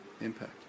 impact